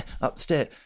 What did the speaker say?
upstairs